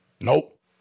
Nope